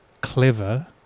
clever